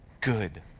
good